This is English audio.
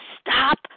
stop